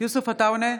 יוסף עטאונה,